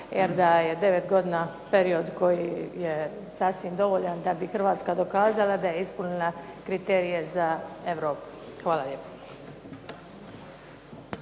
jer da je 9 godina period koji je sasvim dovoljan da bi Hrvatska dokazala da je ispunila kriterije za Europu. Hvala lijepo.